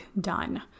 done